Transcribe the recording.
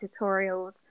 tutorials